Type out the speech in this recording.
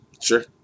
Sure